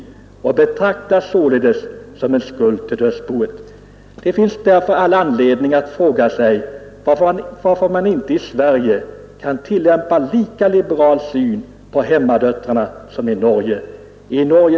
Ersättningskravet betraktas således som en skuld till dödsboet. Det finns därför all anledning att fråga sig, varför man inte i Sverige kan ha en lika liberal syn på hemmadöttrarna som man har i Norge.